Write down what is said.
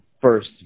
first